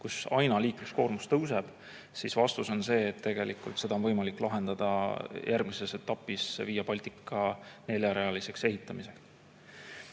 kus aina liikluskoormus tõuseb, siis vastus on see, et seda on võimalik lahendada järgmises etapis Via Baltica neljarealiseks ehitamisel.